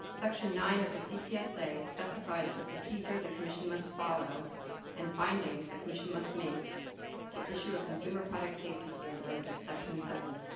section nine of the cpsa specifies the procedure the commission must follow and findings the commission must make to issue a consumer product safety standard under section seven.